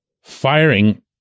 firing